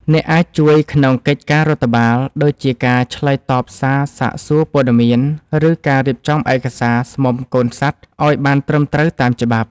អ្នកអាចជួយក្នុងកិច្ចការរដ្ឋបាល ដូចជាការឆ្លើយតបសារសាកសួរព័ត៌មាន ឬការរៀបចំឯកសារស្មុំកូនសត្វឱ្យបានត្រឹមត្រូវតាមច្បាប់។